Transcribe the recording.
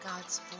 God's